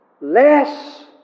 less